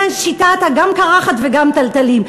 זה שיטת גם קרחת וגם תלתלים,